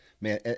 Man